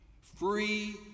Free